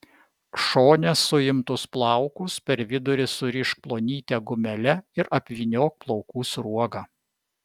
šone suimtus plaukus per vidurį surišk plonyte gumele ir apvyniok plaukų sruoga